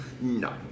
No